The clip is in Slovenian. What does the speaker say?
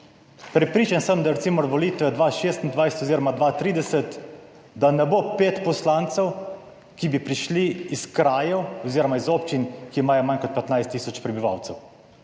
Prepričan sem, da recimo volitve 2026 oziroma 2030, da ne bo pet poslancev, ki bi prišli iz krajev oziroma iz občin, ki imajo manj kot 15 tisoč prebivalcev,